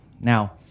Now